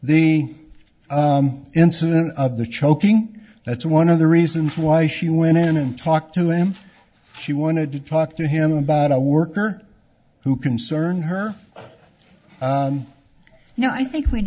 the incident of the choking that's one of the reasons why she went in and talked to him she wanted to talk to him about a worker who concerned her now i think we